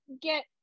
get